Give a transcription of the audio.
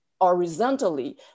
horizontally